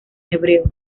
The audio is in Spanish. hebreo